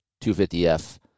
250F